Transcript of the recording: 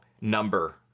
number